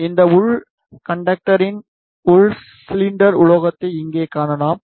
இந்த உள் கண்டக்கடரின் உள் சிலிண்டர் உலோகத்தை இங்கே காணலாம்